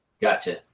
Gotcha